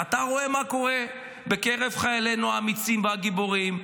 אתה רואה מה קורה בקרב חיילינו האמיצים והגיבורים.